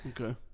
Okay